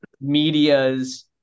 media's